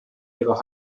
ihrer